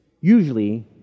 Usually